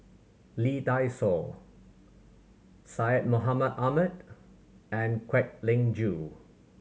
Lee Dai Soh Syed Mohamed Ahmed and Kwek Leng Joo